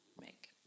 make